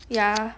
ya